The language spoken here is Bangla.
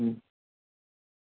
হুম